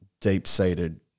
deep-seated